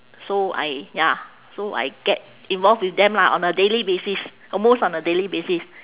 so I ya so I get involve with them lah on a daily basis almost on a daily basis